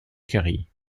currie